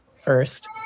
first